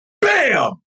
Bam